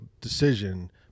decision